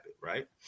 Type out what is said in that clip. right